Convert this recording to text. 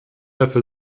dafür